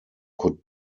could